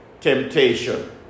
temptation